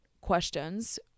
questions